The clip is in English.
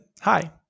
hi